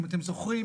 אם אתם זוכרים,